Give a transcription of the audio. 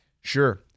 Sure